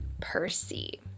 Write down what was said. Percy